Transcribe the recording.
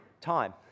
time